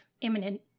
imminent